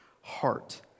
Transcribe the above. heart